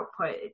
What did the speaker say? output